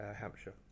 Hampshire